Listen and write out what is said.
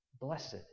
blessed